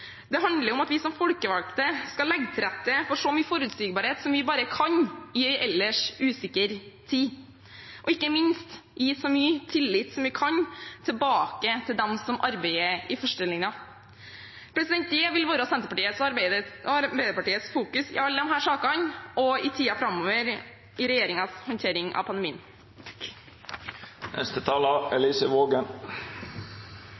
Det handler om at vi som folkevalgte skal legge til rette for så mye forutsigbarhet som vi bare kan i en ellers usikker tid, og ikke minst gi så mye tillit som vi kan, tilbake til dem som arbeider i førstelinjen. Det vil være Senterpartiet og Arbeiderpartiets fokus i alle disse sakene og i tiden framover i regjeringens håndtering av pandemien. Som flere har gjort rede for her før i dag, er